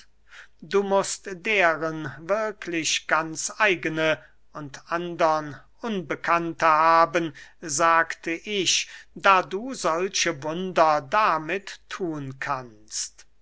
du mußt deren wirklich ganz eigene und andere unbekannte haben sagte ich da du solche wunder damit thun kannst